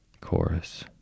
Chorus